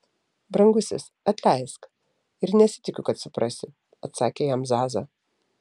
brangusis atleisk ir nesitikiu kad suprasi atsakė jam zaza